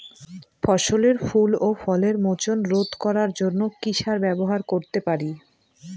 ফসলের ফুল ও ফলের মোচন রোধ করার জন্য কি সার ব্যবহার করতে পারি?